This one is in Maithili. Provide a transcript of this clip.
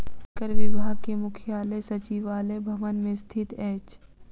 आयकर विभाग के मुख्यालय सचिवालय भवन मे स्थित अछि